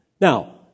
Now